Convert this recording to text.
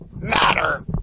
Matter